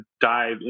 dive